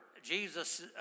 Jesus